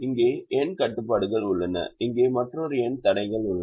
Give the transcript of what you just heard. இங்கே n கட்டுப்பாடுகள் உள்ளன இங்கே மற்றொரு n தடைகள் உள்ளன